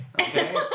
Okay